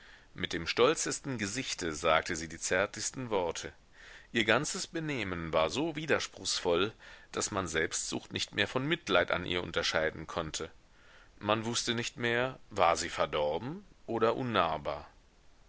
mit dem stolzesten gesichte sagte sie die zärtlichsten worte ihr ganzes benehmen war so widerspruchsvoll daß man selbstsucht nicht mehr von mitleid an ihr unterscheiden konnte man wußte nicht mehr war sie verdorben oder unnahbar